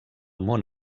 món